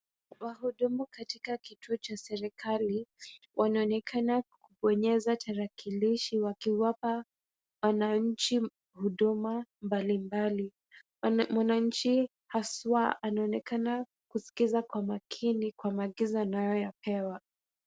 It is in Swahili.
Wahudumu katika kituo cha serikali, wanaonekana kubonyeza tarakilishi wakiwapa wananchi huduma mbalimbali. Mwananchi haswa anaonekana kusikiza kwa makini kwa maagizo anayoyapewa.